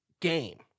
Game